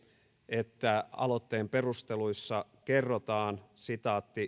että aloitteen perusteluissa kerrotaan